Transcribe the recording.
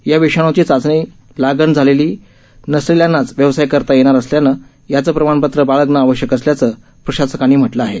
या विषाणूची लागण झालेली नसलेल्यांनाच व्यवसाय करता येणार असल्यानं याचं प्रमाणपत्र बाळगणं आवश्यक असल्याचं प्रशासकांनी म्हटलं आहे